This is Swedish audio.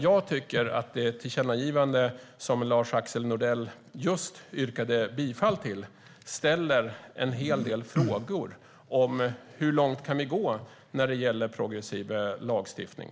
Jag tycker att det tillkännagivande som Lars-Axel Nordell just yrkade bifall till väcker en hel del frågor om hur långt vi kan gå när det gäller progressiv lagstiftning.